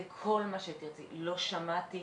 לא שמעתי,